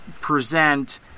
present